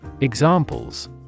Examples